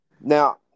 Now